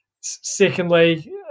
Secondly